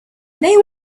they